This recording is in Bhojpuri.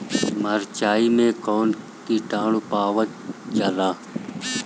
मारचाई मे कौन किटानु पावल जाला?